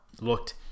looked